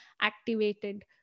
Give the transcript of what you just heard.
activated